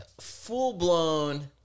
Full-blown